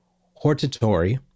hortatory